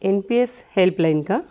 N P S helpline का